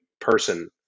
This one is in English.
person